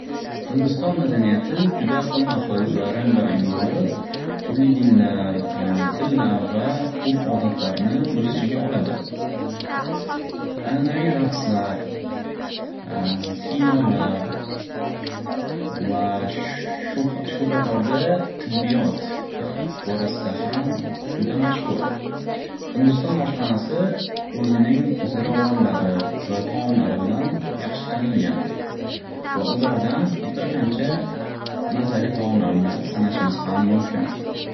Hindiston madaniyati juda xilma-xil va rang-barang bo'lib, turli dinlar, tillar va urf-odatlarni o'z ichiga oladi. Ananaviy raqslar, kinolar, va shsh- shshu- shu qatorda tibbiyot borasida ham juda mashxur. Hindiston oshxonasi o'zining ziravorlari va taomlari bilan yaxshi tanilgan va ulardan bir qancha mazali taomlarini sanashimiz ham mumkin.